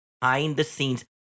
behind-the-scenes